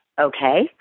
Okay